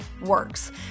works